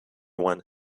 one